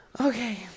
Okay